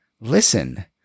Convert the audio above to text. Listen